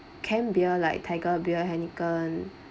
can beer like tiger beer heineken